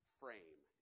frame